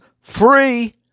free